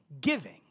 giving